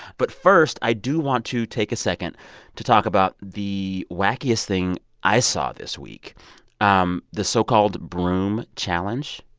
but first, i do want to take a second to talk about the wackiest thing i saw this week um the so-called broom challenge.